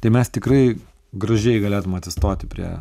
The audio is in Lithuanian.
tai mes tikrai gražiai galėtume atsistoti prie